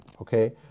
okay